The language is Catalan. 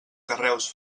carreus